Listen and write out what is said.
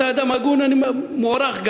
אתה אדם הגון, וגם מוערך,